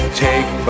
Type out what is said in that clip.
take